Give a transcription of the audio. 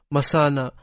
Masana